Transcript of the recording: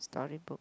storybook